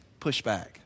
pushback